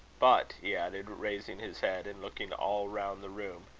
but, he added, raising his head, and looking all round the room,